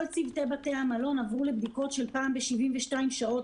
צוותי בתי המלון עברו לבדיקות של פעם ב-72 שעות,